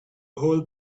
whole